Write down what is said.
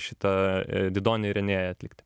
šitą e didonė renė atlikti